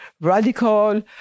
radical